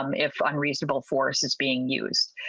um if unreasonable force is being used.